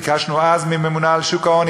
ביקשנו אז מהממונה על שוק ההון,